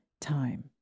time